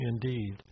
indeed